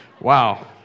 Wow